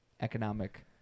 economic